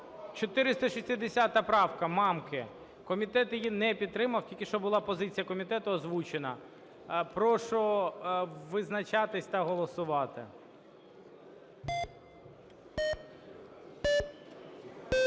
460 правка Мамки. Комітет її не підтримав, тільки що була позиція комітету озвучена. Прошу визначатися та голосувати.